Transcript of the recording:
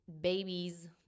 babies